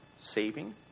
saving